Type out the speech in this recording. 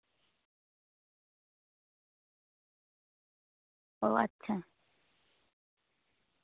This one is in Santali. ᱚ ᱟᱪᱪᱷᱟ